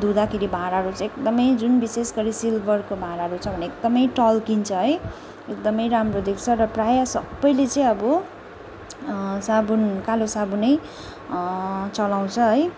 धुँदाखेरि भाँडाहरू चाहिँ एकदमै जुन विशेष गरी सिलभरको भाँडाहरू छ भने एकदमै टल्किन्छ है एकदमै राम्रो देख्छ र प्रायः सबैले चाहिँ अब साबुन कालो साबुनै चलाउँछ है